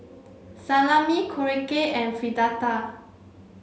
Salami Korokke and Fritada